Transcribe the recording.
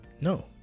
No